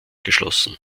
geschlossen